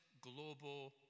global